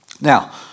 now